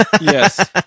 Yes